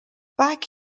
back